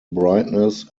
brightness